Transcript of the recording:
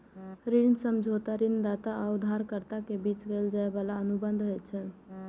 ऋण समझौता ऋणदाता आ उधारकर्ता के बीच कैल जाइ बला अनुबंध होइ छै